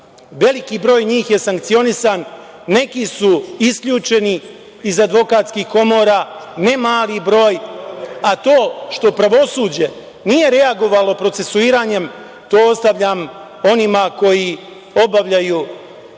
Veliki broj njih je sankcionisan. Neki su isključeni iz advokatskih komora, ne mali broj, a to što pravosuđe nije reagovalo procesuiranjem, to ostavljam onima koji obavljaju